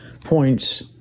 points